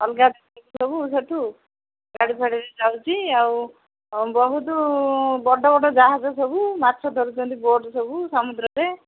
ଅଲଗା ସବୁ ସେଠୁ ଗାଡ଼ି ଫାଡ଼ିରେ ଯାଉଛି ଆଉ ବହୁତ ବଡ଼ ବଡ଼ ଯାହାଜ ସବୁ ମାଛ ଧରୁଛନ୍ତି ବୋଟ୍ ସବୁ ସମୁଦ୍ରରେ